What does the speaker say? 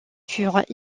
furent